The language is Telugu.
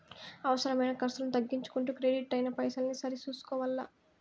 అవసరమైన కర్సులను తగ్గించుకుంటూ కెడిట్ అయిన పైసల్ని సరి సూసుకోవల్ల